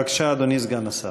בבקשה, אדוני סגן השר.